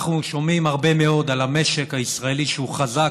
אנחנו שומעים הרבה מאוד שהמשק הישראלי הוא חזק,